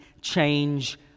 change